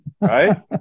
Right